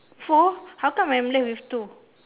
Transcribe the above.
four how come I am left with two